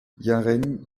yaren